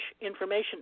information